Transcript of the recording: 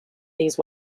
these